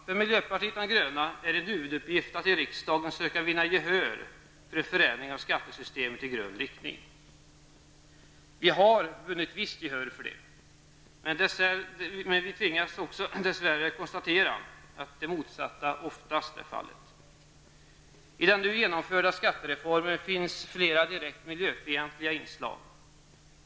För miljöpartiet de gröna är det en huvuduppgift att i riksdagen söka vinna gehör för en förändring av skattesystemet i grön riktning. Vi har vunnit visst gehör för detta, men tvingas dess värre konstatera att det motsatta oftast är fallet. I den nu genomförda skattereformen finns flera direkt miljöfientliga inslag.